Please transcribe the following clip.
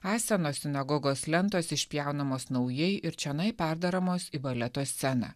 esamos sinagogos lentos išpjaunamos naujai ir čionai perdaromos į baleto sceną